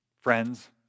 friends